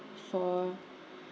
for